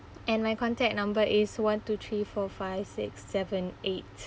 and my contact number is one two three four five six seven eight